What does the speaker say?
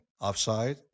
offside